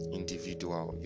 individual